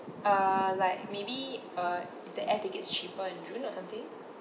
uh like maybe uh is the air tickets cheaper in june or something